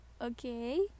Okay